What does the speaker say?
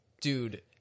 Dude